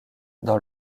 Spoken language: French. dans